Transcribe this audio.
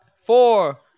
Four